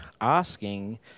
asking